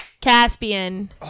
Caspian